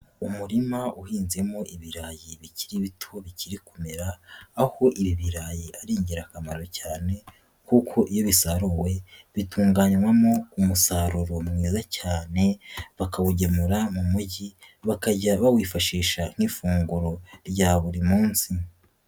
Umurima uhinzemo ibirayi bikiri bito bikiri kumera, aho ibi birayi ari ingirakamaro cyane kuko iyo bisaruwe bitunganywamo umusaruro mwiza cyane bakawugemura mu mugi bakajya bawifashisha nk'ifunguro rya buri munsi.